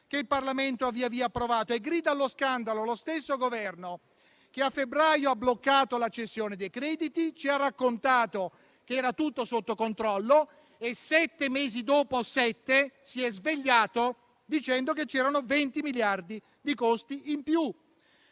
che il Parlamento ha via via approvato. Grida allo scandalo lo stesso Governo che a febbraio ha bloccato la cessione dei crediti, ci ha raccontato che era tutto sotto controllo e sette mesi dopo si è svegliato dicendo che c'erano 20 miliardi di costi in più.